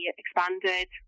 expanded